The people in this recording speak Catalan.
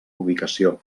ubicació